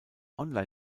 online